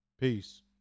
peace